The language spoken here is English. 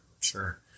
Sure